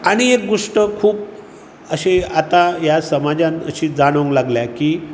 आनी एक गोश्ट खूब अशें आता ह्या समाजान अशी जाणूंक लागल्या की